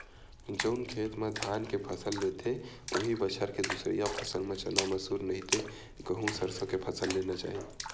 जउन खेत म धान के फसल लेथे, उहीं बछर के दूसरइया फसल म चना, मसूर, नहि ते गहूँ, सरसो के फसल लेना चाही